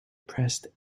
pressed